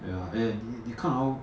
ya and 你看 hor